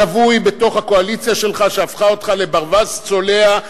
שבוי בתוך הקואליציה שלך שהפכה אותך לברווז צולע,